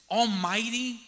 almighty